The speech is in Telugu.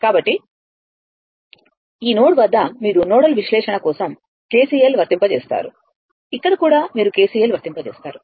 కాబట్టి ఈ నోడ్ వద్ద మీరు నోడల్ విశ్లేషణ కోసం KCL వర్తింప చేస్తారు ఇక్కడ కూడా మీరు KCL వర్తింప చేస్తారు